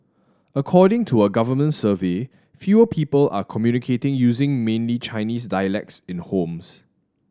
according to a government survey fewer people are communicating using mainly Chinese dialects in homes